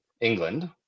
england